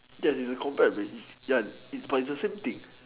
that is a combat reddish yes it's but it's the same thing